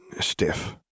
stiff